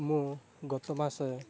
ମୁଁ ଗତ ମାସ